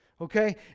Okay